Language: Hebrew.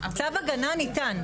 צו הגנה ניתן.